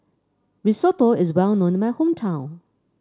risotto is well known in my hometown